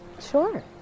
Sure